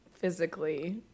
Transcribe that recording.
Physically